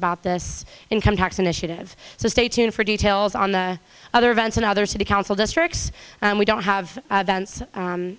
about this income tax initiative so stay tuned for details on the other events and other city council districts we don't have